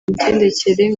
migendekere